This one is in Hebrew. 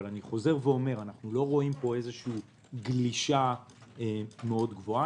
אבל אני חוזר ואומר: אנחנו לא רואים פה גלישה מאוד גבוהה.